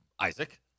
Isaac